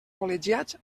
col·legiats